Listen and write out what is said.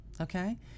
okay